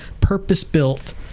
purpose-built